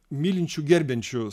mylinčiu gerbiančiu